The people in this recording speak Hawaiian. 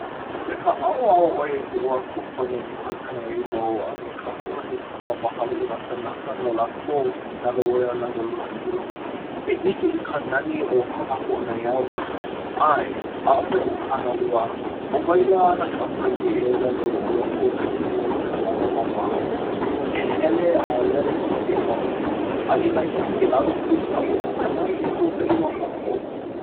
me ke aʻoaʻo ʻoiaʻiʻo a kūpono i palekana ai wau a me ka hoʻolohe pono a mahalo i nā kānaka no lākou nā loea lewa luna lilo. e ʻike i ka nani o ko kākou ʻonaeao. ʻae! ʻaʻohe oʻu kānālua! ʻo wai lā ana ka hawaiʻi e ʻōlelo ua huakaʻi mua i ka lewa ma waho? e hele a lele koke wau! A inā hiki ke lawe pū i kaʻu ʻohana e huakaʻi nō kākou.